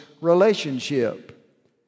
relationship